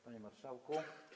Panie Marszałku!